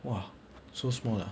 !wah! so smaller